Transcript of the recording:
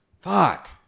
Fuck